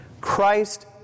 Christ